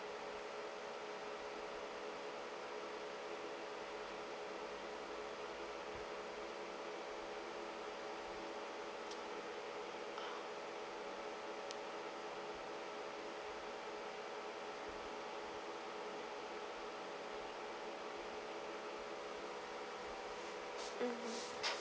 mmhmm